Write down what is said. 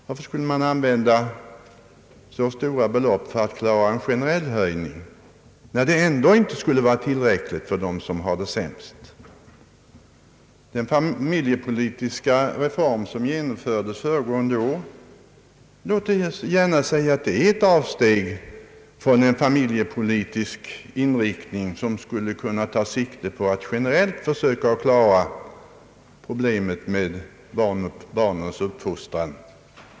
Varför skulle man använda så stora belopp till en generell höjning, när det ändå inte skulle vara tillräckligt för dem som har det sämst? Den familjepolitiska reform som genomfördes föregående år är ett avsteg — jag vill gärna säga det — från en inriktning av familjepolitiken som syftar till en generell lösning av problemet med kostnaderna för barnens uppfostran.